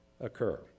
occur